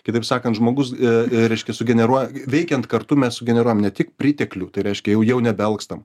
kitaip sakant žmogus e e reiškias sugeneruoja veikiant kartu mes sugeneruojam ne tik priteklių tai reiškia jau jau nebe alkstam